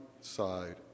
side